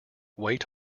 weight